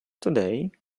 today